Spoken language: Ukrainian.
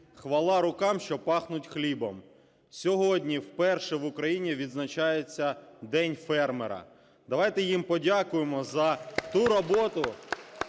"Хвала рукам, що пахнуть хлібом". Сьогодні вперше в Україні відзначається День фермера. Давайте їм подякуємо за ту роботу,